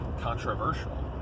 controversial